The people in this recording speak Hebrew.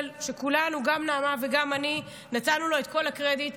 נעמה לזימי אושרה בקריאה טרומית,